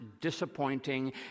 disappointing